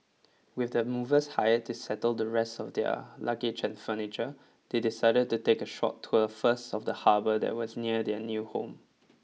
with the movers hired to settle the rest of their luggage and furniture they decided to take a short tour first of the harbour that was near their new home